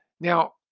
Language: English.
now